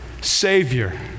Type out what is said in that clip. Savior